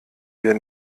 wir